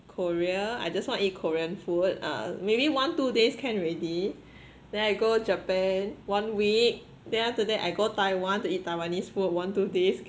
korea I just wanna eat korean food uh maybe one two days can already then I go japan one week then after that I go taiwan to eat taiwanese food one two days